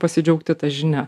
pasidžiaugti ta žinia